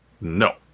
No